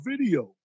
video